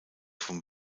vom